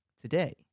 today